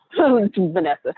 Vanessa